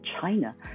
China